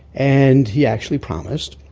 and he actually promised.